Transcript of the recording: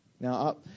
Now